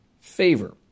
favor